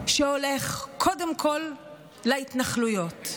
שהולך קודם כול להתנחלויות,